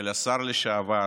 של השר לשעבר